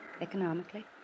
economically